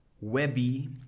Webby